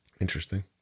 Interesting